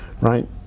right